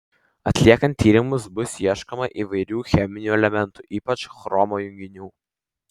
atliekant tyrimus bus ieškoma įvairių cheminių elementų ypač chromo junginių